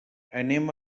anem